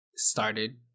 Started